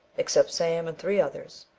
except sam and three others,